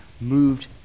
moved